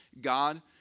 God